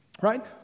Right